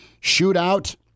shootout